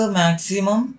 maximum